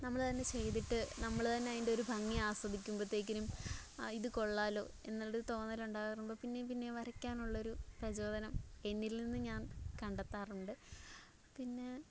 നമ്മള് തന്നെ ചെയ്തിട്ട് നമ്മള് തന്നെ അതിൻറ്റൊരു ഭംഗി ആസ്വാദിക്കുമ്പോഴത്തേക്കിനും ആ ഇത് കൊള്ളാലോ എന്നുള്ള തോന്നലുണ്ടാകാറുമ്പോള് പിന്നെയും പിന്നെയും വരയ്ക്കാനുള്ളൊരു പ്രചോദനം എന്നില് നിന്നും ഞാന് കണ്ടെത്താറുണ്ട് പിന്നെ